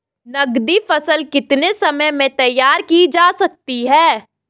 नगदी फसल कितने समय में तैयार की जा सकती है?